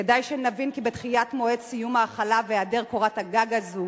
כדאי שנבין כי בדחיית מועד סיום ההחלה והיעדר קורת הגג הזו,